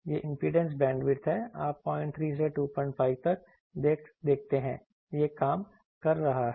यह impedance bandwidth है आप 03 से 25 तक देखते हैं यह काम कर रहा है